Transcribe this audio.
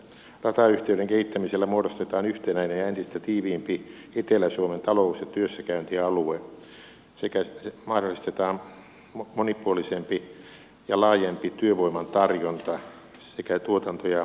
ratayhteyden kehittämisellä muodostetaan yhtenäinen ja entistä tiiviimpi etelä suomen talous ja työssäkäyntialue sekä mahdollistetaan monipuolisempi ja laajempi työvoiman tarjonta sekä tuotanto ja yritysrakenne